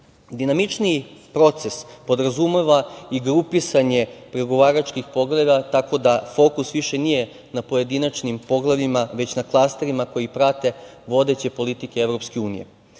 Dinamičniji proces podrazumeva i grupisanje pregovaračkih poglavlja, tako da fokus više nije na pojedinačnim poglavljima, već na klasterima koji prate vodeće politike EU.Pregovaračka